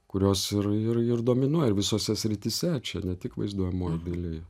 kurios ir ir ir dominuoja visose srityse čia ne tik vaizduojamojoj dailėj